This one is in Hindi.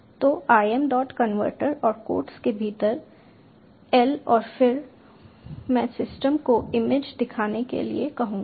तो im डॉट कन्वर्ट और कोट्स के भीतर एल और फिर मैं सिस्टम को इमेज दिखाने के लिए कहूंगा